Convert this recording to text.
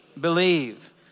believe